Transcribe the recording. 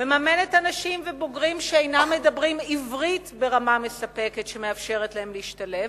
מממנת אנשים ובוגרים שאינם מדברים עברית ברמה מספקת שמאפשרת להם להשתלב,